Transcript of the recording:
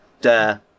dare